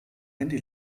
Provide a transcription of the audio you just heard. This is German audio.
handy